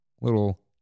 little